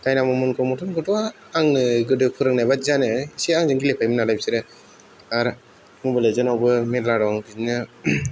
दाइनाम'मोनखौ मर्टेलखौथ' आङो गोदो फोरोंनाय बायदि जानाय एसे आंजों गेलेफायोमोन नालाय बिसोरो आरो मबाइल लेजेन्दावबो मेगाराउन्द बिदिनो